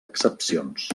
excepcions